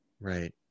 right